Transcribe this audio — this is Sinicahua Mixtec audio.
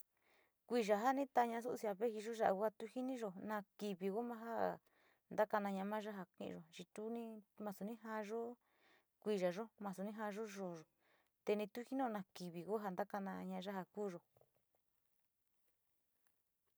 Kuiya ja ni taaya susi ja vejiyo yu ya’a tu jiniyo na kivi ku ma jaa ntakanoya maya ja kiyo chito naso ni jaayo kuiyayo, nasu ni jaayo te ni tu jinio kivi ku ja ntakanaya ya ja kuuyo.